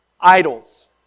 idols